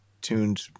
tuned